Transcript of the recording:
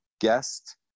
guest